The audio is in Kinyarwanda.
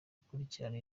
gukurikirana